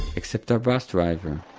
except our bus driver,